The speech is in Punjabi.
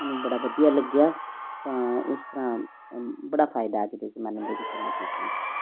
ਮੈਨੂੰ ਬੜਾ ਵਧੀਆ ਲੱਗਿਆ ਤਾਂ ਇਸ ਤਰ੍ਹਾਂ ਬੜਾ ਫਾਇਦਾ ਅੱਜ ਦੇ ਜਮਾਨੇ ਦੇ ਵਿੱਚ ਇਹਨਾਂ ਚੀਜ਼ਾਂ ਦਾ